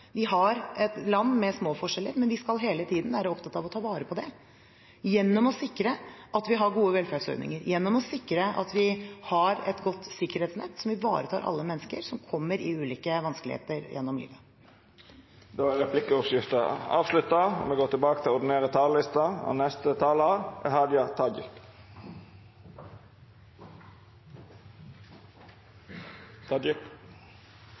vi er et land med små forskjeller, men vi skal hele tiden være opptatt av å ta vare på det gjennom å sikre at vi har gode velferdsordninger, gjennom å sikre at vi har et godt sikkerhetsnett som ivaretar alle mennesker som kommer i ulike vanskeligheter gjennom livet. Replikkordskiftet er avslutta. Me har fått ei utvida regjering, og då er det på sin plass å gratulera. Eg ønskjer nye og tidlegare statsrådar lykke til.